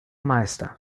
meister